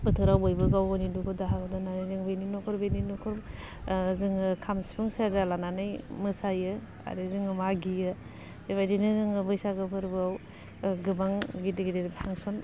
बोथोराव बयबो गाव गावनि दुखु दाहाखौ दोननानै जों बेनि नखर बेनि नखर जोङो खाम सिफुं सेरजा लानानै मोसायो आरो जोङो मागियो बेबादिनो जोङो बैसागो फोरबोआव गोबां गेदेर गेदेर फांसन